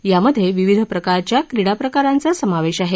यामध्ये विविध प्रकारच्या क्रीडा प्रकारांचा समावेश आहे